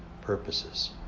purposes